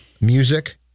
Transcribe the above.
...music